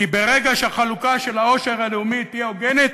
כי ברגע שהחלוקה של העושר הלאומי תהיה הוגנת,